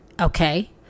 okay